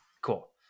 Cool